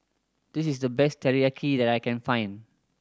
this is the best Teriyaki that I can find